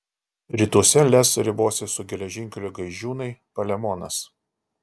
rytuose lez ribosis su geležinkeliu gaižiūnai palemonas